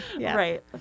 Right